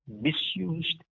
misused